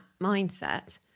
mindset